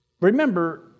Remember